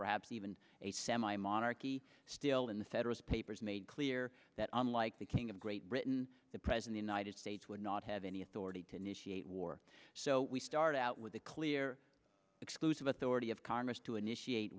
perhaps even a semi monarchy still in the federalist papers made clear that unlike the king of great britain the present united states would not have any authority to initiate war so we start out with a clear exclusive authority of congress to initiate